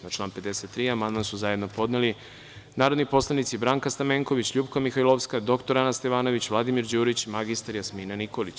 Na član 53. amandman su zajedno podneli narodni poslanici Branka Stamenković, LJupka Mihajlovska, dr Ana Stevanović, Vladimir Đurić i mr Jasmina Nikolić.